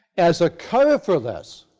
as a cover for this,